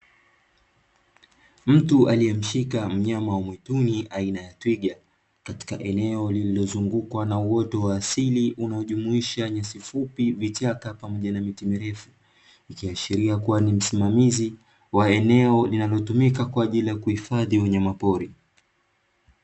Mtu aliyemshika myama wa mwituni aina ya twiga, katika eneo lililozungukwa na uoto wa asili unaojumuisha nyasi fupi, vichaka pamoja na miti mirefu. Ikiashiria kuwa ni msimamizi wa eneo linalotumika kwa ajili ya kuhifadhi wanyamapori.